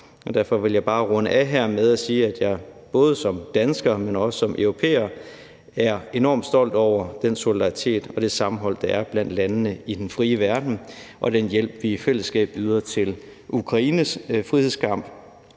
Derfor vil jeg bare runde af her med at sige, at jeg både som dansker, men også som europæer, er enormt stolt over den solidaritet og det sammenhold, der er blandt landene i den frie verden, og den hjælp, vi i fællesskab yder til Ukraines frihedskamp